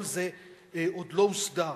כל זה עוד לא הוסדר.